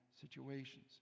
situations